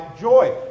joy